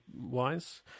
wise